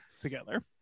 together